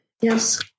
Yes